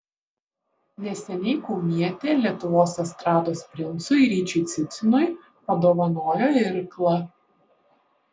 neseniai kaunietė lietuvos estrados princui ryčiui cicinui padovanojo irklą